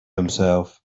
himself